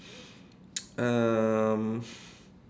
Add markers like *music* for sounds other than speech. um *breath*